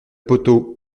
poteau